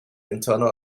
internal